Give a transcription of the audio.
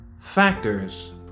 factors